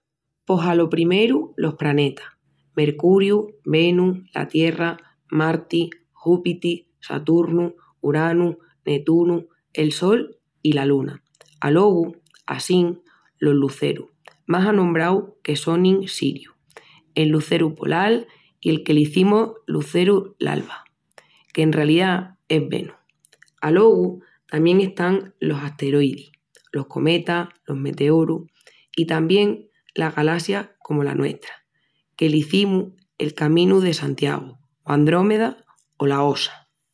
Pos alo primeru los pranetas: Mercuriu, Venu, la Tierra, Marti, Júpiti, Saturnu, Uranu, Netunu, el sol i la luna. Alogu assín los luzerus más anombraus que sonin Siriu, el luzeru polal i el que l'izimus luzeru l'alva, qu'en ralidá es Venu, l. Alogu tamién están los asteroidis, los cometas, los meteorus. I tamién las galassias comu la nuestra, que l'izimus el Caminu-de-Santiagu o Andrómeda o la Ossa.